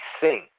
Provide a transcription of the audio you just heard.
sing